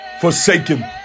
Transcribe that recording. forsaken